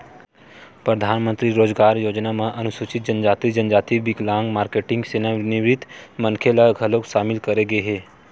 परधानमंतरी रोजगार योजना म अनुसूचित जनजाति, जनजाति, बिकलांग, मारकेटिंग, सेवानिवृत्त मनखे ल घलोक सामिल करे गे हे